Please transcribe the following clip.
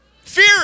Fear